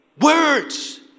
Words